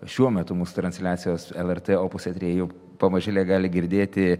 šiuo metu mūsų transliacijos lrt opus eteryje jau pamažėle gali girdėti